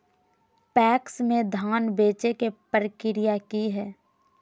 PACS में धाम बेचे के प्रक्रिया की हय?